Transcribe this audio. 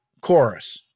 Chorus